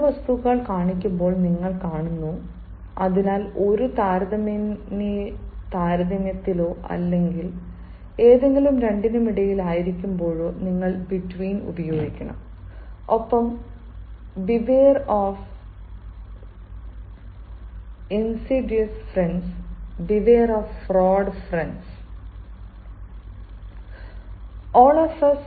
ഇപ്പോൾ രണ്ട് വസ്തുക്കൾ കാണിക്കുമ്പോൾ നിങ്ങൾ കാണുന്നു അതിനാൽ ഒരു താരതമ്യത്തിലോ അല്ലെങ്കിൽ എന്തെങ്കിലും രണ്ടിനുമിടയിലായിരിക്കുമ്പോഴോ നിങ്ങൾ ബിട്വീന് ഉപയോഗിക്കണം ഒപ്പം beware of insidious friend beware of fraud friend beware of insidious friends beware of fraud friends